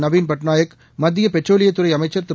நவீன்பட்நாயக் மத்திய பெட்ரோலியத்துறை அமைச்ச் திரு